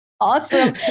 Awesome